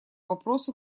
вопросу